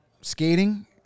skating